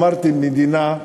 אמרתי: מדינה,